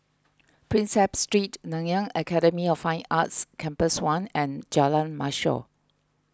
Prinsep Street Nanyang Academy of Fine Arts Campus one and Jalan Mashor